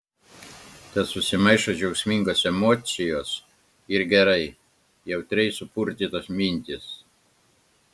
tad susimaišo džiaugsmingos emocijos ir gerai jautriai supurtytos mintys